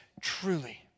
truly